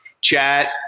chat